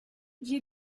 j’ai